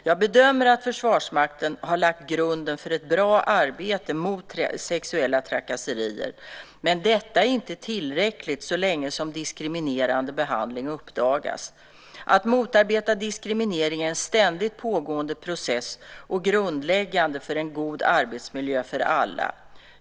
Jag bedömer att Försvarsmakten har lagt grunden för ett bra arbete mot sexuella trakasserier, men detta är inte tillräckligt så länge som diskriminerande behandling uppdagas. Att motarbeta diskriminering är en ständigt pågående process och grundläggande för en god arbetsmiljö för alla.